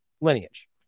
lineage